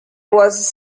was